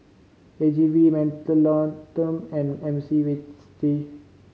A G V Mentholatum and